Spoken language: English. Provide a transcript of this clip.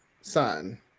son